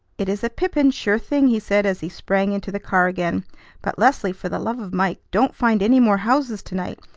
it is a pippin, sure thing, he said as he sprang into the car again but, leslie, for the love of mike, don't find any more houses to-night!